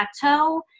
plateau